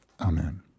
Amen